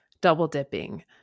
double-dipping